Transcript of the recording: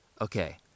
Okay